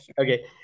Okay